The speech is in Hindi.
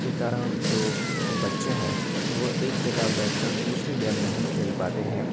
के कारण जो बच्चे हैं वे एक जगह बैठ कर दूसरे गेम नहीं खेल पाते हैं